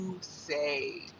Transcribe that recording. say